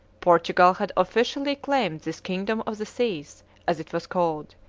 portugal had officially claimed this kingdom of the seas as it was called,